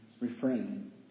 refrain